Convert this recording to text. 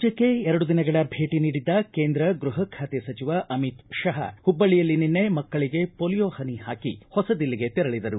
ರಾಜ್ಯಕ್ಷೆ ಎರಡು ದಿನಗಳ ಭೇಟ ನೀಡಿದ್ದ ಕೇಂದ್ರ ಗೃಹ ಖಾತೆ ಸಚವ ಅಮಿತ್ ಶಾ ಹುಬ್ಬಳ್ಳಿಯಲ್ಲಿ ನಿನ್ನೆ ಮಕ್ಕಳಿಗೆ ಪೊಲಿಯೋ ಹನಿ ಹಾಕಿ ಹೊಸ ದಿಲ್ಲಿಗೆ ತೆರಳಿದರು